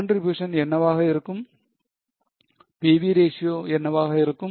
Contribution என்னவாக இருக்கும் PV ratio என்னவாக இருக்கும்